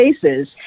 cases